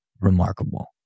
remarkable